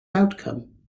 outcome